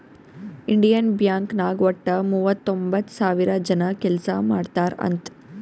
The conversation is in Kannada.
ಇಂಡಿಯನ್ ಬ್ಯಾಂಕ್ ನಾಗ್ ವಟ್ಟ ಮೂವತೊಂಬತ್ತ್ ಸಾವಿರ ಜನ ಕೆಲ್ಸಾ ಮಾಡ್ತಾರ್ ಅಂತ್